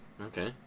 okay